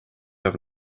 have